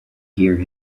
hear